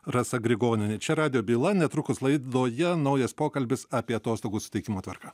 rasa grigonienė čia radijo byla netrukus laidoje naujas pokalbis apie atostogų suteikimo tvarką